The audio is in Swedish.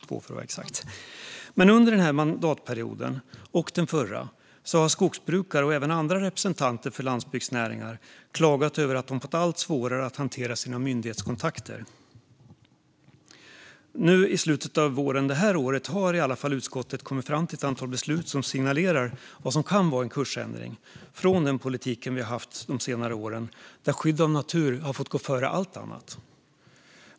Under denna och den förra mandatperioden har skogsbrukare och även andra representanter för landsbygdsnäringar klagat över att de har fått allt svårare att hantera sina myndighetskontakter. Nu i slutet av våren det här året har utskottet i alla fall kommit fram till ett antal beslut som signalerar vad som kan vara en kursändring från den politik som har förts under senare år där skydd av natur har fått gå före allt annat.